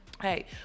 Hey